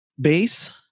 base